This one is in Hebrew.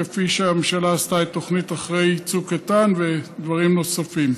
כפי שהממשלה עשתה את התוכנית אחרי צוק איתן ודברים נוספים.